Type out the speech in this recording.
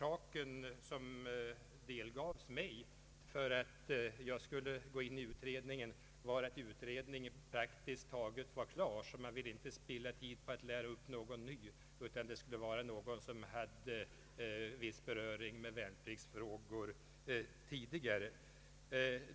Anledningen, som den delgavs mig, till att jag skulle delta i utredningsarbetet var att detta praktiskt taget var klart och att man inte ville spilla tid på att lära upp någon ny och därför valde någon som haft beröring med värnpliktsfrågor tidigare.